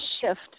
shift